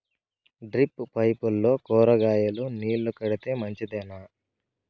Drip పైపుల్లో కూరగాయలు నీళ్లు కడితే మంచిదేనా?